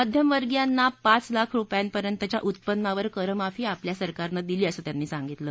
मध्यमवर्गियांना पाच लाख रुपयांपर्यंतच्या उत्पन्नावर करमाफी आपल्या सरकारनं दिली असं त्यांनी सांगितलं